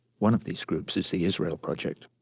one of these groups is the israel project.